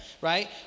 right